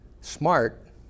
smart